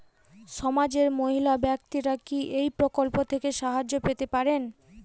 সমাজের মহিলা ব্যাক্তিরা কি এই প্রকল্প থেকে সাহায্য পেতে পারেন?